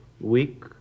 week